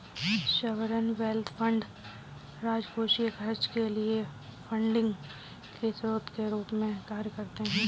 sovereign wealth fund राजकोषीय खर्च के लिए फंडिंग के स्रोत के रूप में कार्य करते हैं